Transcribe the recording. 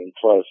plus